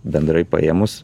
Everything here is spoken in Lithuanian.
bendrai paėmus